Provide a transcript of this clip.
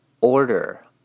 order